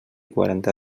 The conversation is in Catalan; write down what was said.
quaranta